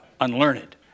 unlearned